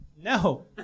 No